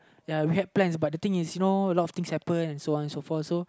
ya we had plans but the thing is you know a lot things happen and so on and so forth so